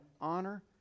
honor